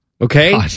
Okay